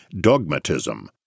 dogmatism